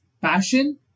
Passion